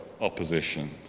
opposition